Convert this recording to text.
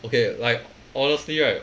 okay like honestly right